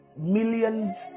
Millions